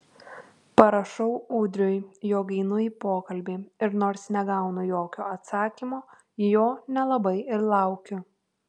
parašau ūdriui jog einu į pokalbį ir nors negaunu jokio atsakymo jo nelabai ir laukiu